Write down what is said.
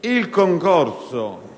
il concorso